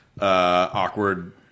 awkward